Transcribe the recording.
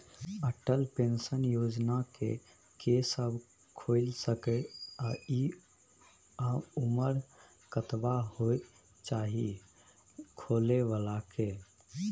Atal pension Yojana के के सब खोइल सके इ आ उमर कतबा होय चाही खोलै बला के?